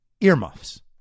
earmuffs